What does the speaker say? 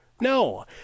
No